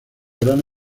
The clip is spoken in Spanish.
gran